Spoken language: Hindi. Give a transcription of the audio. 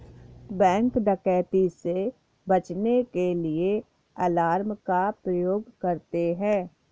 बैंक डकैती से बचने के लिए अलार्म का प्रयोग करते है